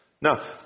Now